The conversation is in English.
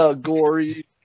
gory